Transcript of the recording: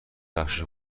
بخش